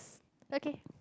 okay